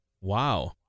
Wow